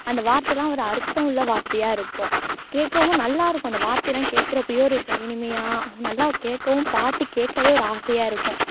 அந்த வார்த்தலாம் ஒரு அர்த்தம் உள்ள வார்த்தையாக இருக்கும் கேட்கவும் நல்லா இருக்கும் அந்த வார்த்தையெல்லாம் கேட்குறப்பயோ ஒரு இனிமையாக நல்லா கேட்கவும் பாட்டு கேட்கவே ஒரு ஆசையாக இருக்கும்